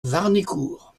warnécourt